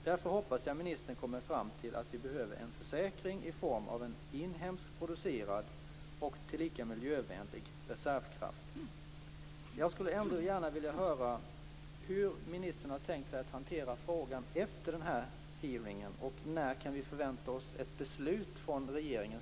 Därför hoppas jag att ministern kommer fram till att vi behöver en försäkring i form av en inhemskt producerad - och tillika miljövänlig - Jag skulle gärna vilja höra hur ministern har tänkt sig att hantera frågan efter hearingen? När kan vi förvänta oss ett beslut från regeringen?